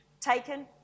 taken